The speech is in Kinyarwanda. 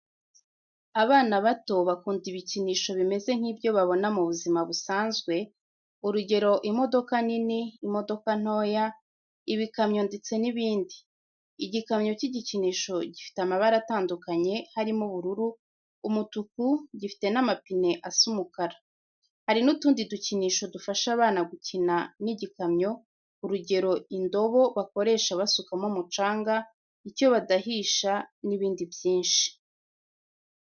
Abana bato bakunda ibikinisho bimeze nkibyo babona mubuzima busanzwe, urugero imodoka nini, imodoka ntoya, ibikamyo ndetse ni ibindi. Igikamyo cy'igikinisho gifite amabara atandukanye harimo ubururu, umutuku, gifite n'amapine asa umukara. Hari nutundi dukinisho dufasha abana gukina n'igikamyo, urugero indobo bakoresha basukamo umucanga, icyo badahisha, nibindi byinshi.